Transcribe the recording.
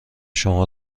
شما